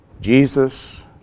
Jesus